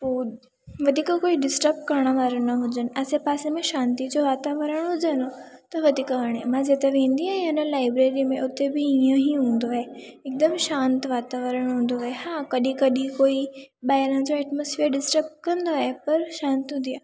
पो वधीक कोई डिस्टब करण वारो न हुजनि आसे पासे में शांती जो वातावरण हुजनि त वधीक वणे मां जिते बि ईंदी आहियां इन लाइब्रेरी में उते बि इहो ई हूंदो आहे हिकदमु शांति वातावरण हूंदो आहे हा कॾहिं कॾहिं कोई ॿाहिरां जो एटमोसफेयर डिस्टब कंदो आहे पर शांती हूंदी आहे